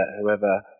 whoever